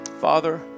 Father